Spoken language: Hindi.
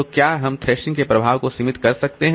तो क्या हम थ्रैशिंग के प्रभाव को सीमित कर सकते हैं